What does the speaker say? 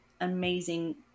amazing